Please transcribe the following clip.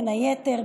בין היתר,